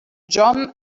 john